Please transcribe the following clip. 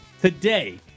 today